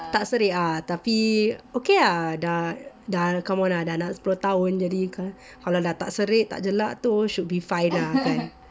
tak serik ah tapi okay ah dah dah come on ah dah nak sepuluh tahun jadi kalau dah tak serik tak jelak tu should be fine lah kan